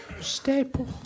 Staple